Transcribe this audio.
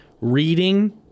reading